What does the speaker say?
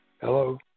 Hello